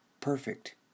perfect